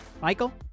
Michael